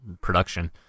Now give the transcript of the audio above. production